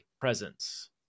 presence